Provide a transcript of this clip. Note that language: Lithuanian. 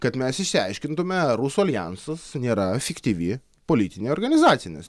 kad mes išsiaiškintume ar rusų aljansas nėra fiktyvi politinė organizacija nes